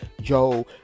Joe